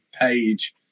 page